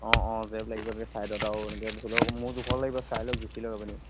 অঁ অঁ জেপ লাগিব এনেকৈ চাইডত আৰু এনেকৈ ধৰি লওক মোৰ জোখৰ লাগিব চাই লওক জুখি লওক আপুনি